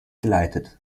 geleitet